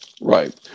Right